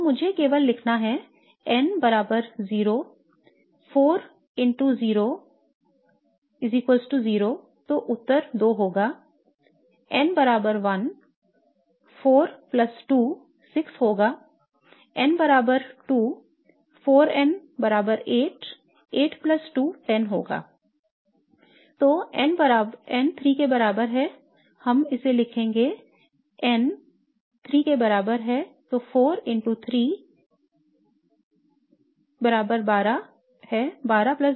तो मुझे केवल लिखना है n बराबर 0 4 00 I तो उत्तर 2 होगा n बराबर 1 4 प्लस 2 6 होगा n बराबर 2 4n बराबर 8 होगा 8 प्लस 2 10 होगा I तो n 3 के बराबर है हम इसे लिखेंगे यह n 3 के बराबर है 4 3 में 12 है 12 प्लस 2 14 है